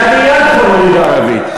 יַעְנִי "יַאלכֻּם", אומרים בערבית.